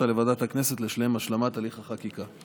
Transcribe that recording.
לוועדת הכנסת לשם השלמת הליך החקיקה.